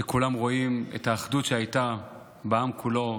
כולם רואים את האחדות שהייתה בעם כולו,